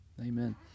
Amen